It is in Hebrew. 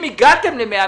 ואם הגעתם לזה,